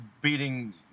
beating